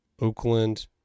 Oakland